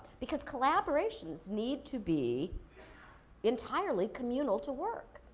because collaborations need to be entirely communal to work.